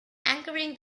anchoring